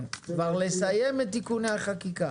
לסיים את תיקוני החקיקה.